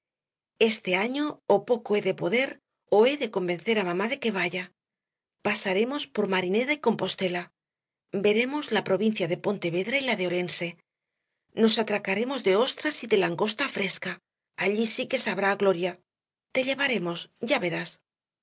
este año ó poco he de poder ó he de convencer á mamá de que vaya pasaremos por marineda y compostela veremos la provincia de pontevedra y la de orense nos atracaremos de ostras y de langosta fresca allí sí que sabrá á gloria te llevaremos ya verás